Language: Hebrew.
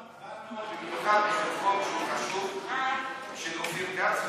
במיוחד לחוק חשוב של אופיר כץ,